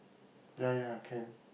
ya ya can